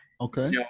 okay